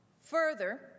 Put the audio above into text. Further